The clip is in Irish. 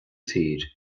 tír